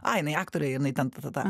ai jinai aktorė jinai ten ta ta ta